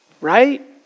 right